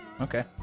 Okay